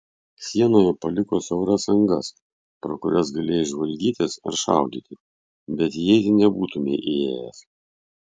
sienoje paliko siauras angas pro kurias galėjai žvalgytis ar šaudyti bet įeiti nebūtumei įėjęs